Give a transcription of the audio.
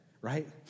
right